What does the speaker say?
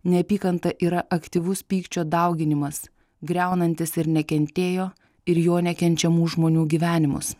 neapykanta yra aktyvus pykčio dauginimas griaunantis ir nekentėjo ir jo nekenčiamų žmonių gyvenimus